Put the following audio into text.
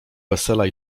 wesela